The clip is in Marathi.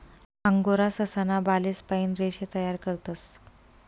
अंगोरा ससा ना बालेस पाइन रेशे तयार करतस